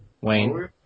Wayne